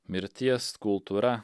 mirties kultūra